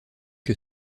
que